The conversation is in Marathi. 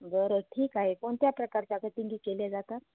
बरं ठीक आहे कोणत्या प्रकारच्या कटींगी केल्या जातात